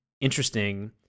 interesting